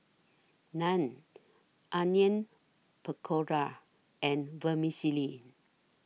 Naan Onion Pakora and Vermicelli